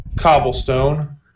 cobblestone